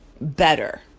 better